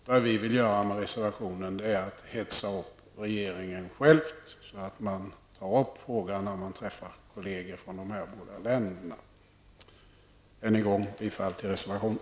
Vad vi vill göra med reservationen är att hetsa regeringen så att man tar upp frågan när man träffar kolleger från de här båda länderna. Än en gång: Bifall till reservationen!